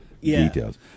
Details